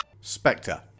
Spectre